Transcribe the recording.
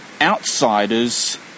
outsiders